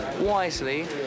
wisely